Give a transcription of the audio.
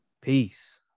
Peace